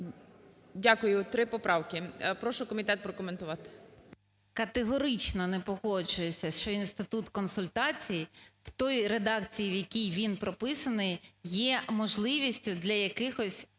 Дякую. Три поправки. Прошу комітет прокоментувати. 13:42:23 ПТАШНИК В.Ю. Категорично не погоджуюся, що Інститут консультацій в той редакції, в якій він прописаний, є можливістю для якихось